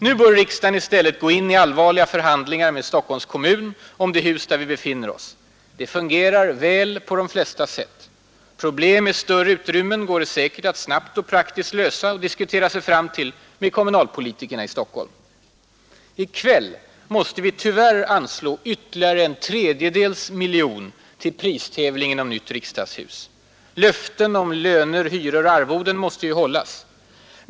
Nu bör riksdagen i stället gå in i allvarliga förhandlingar med Stockholms kommun om det hus där vi befinner oss. Det fungerar väl på de flesta sätt. Problem med större utrymmen går det säkert att snabbt och praktiskt lösa och diskutera sig fram till med kommunalpolitikerna i Stockholm. I kväll måste vi tyvärr anslå ytterligare en tredjedels miljon till pristävlingen om nytt riksdagshus. Löften om löner, hyror och arvoden måste ju hållas.